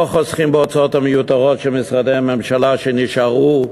לא חוסכים בהוצאות המיותרות של משרדי הממשלה שנשארו,